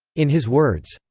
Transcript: in his words,